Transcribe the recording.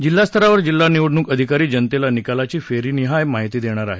जिल्हास्तरावर जिल्हा निवडणूक अधिकारी जनतेला निकालाची फेरीनिहाय माहिती देणार आहेत